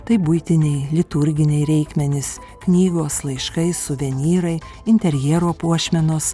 tai buitiniai liturginiai reikmenys knygos laiškai suvenyrai interjero puošmenos